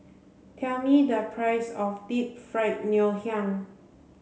tell me the price of Deep Fried Ngoh Hiang